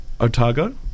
Otago